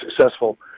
successful